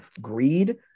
greed